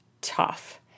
tough